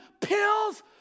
pills